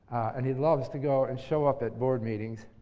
and he loves to go and show up at board meetings.